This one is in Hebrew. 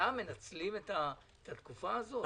סתם מנצלים את התקופה הזאת.